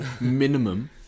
minimum